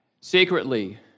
secretly